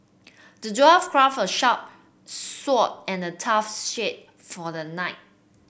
the dwarf craft a sharp sword and a tough shield for the knight